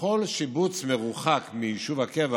כל שיבוץ מרוחק מיישוב הקבע